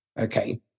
Okay